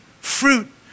fruit